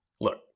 look